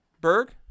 Berg